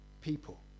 people